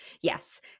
yes